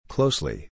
Closely